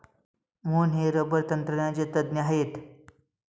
मोहन हे रबर तंत्रज्ञानाचे तज्ज्ञ आहेत